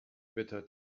bitter